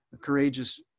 courageous